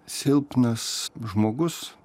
silpnas žmogus